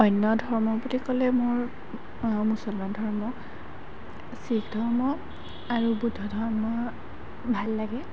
অন্য ধৰ্ম বুলি ক'লে মোৰ মুছলমান ধৰ্ম শিখ ধৰ্ম আৰু বুদ্ধ ধৰ্ম ভাল লাগে